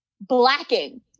blacking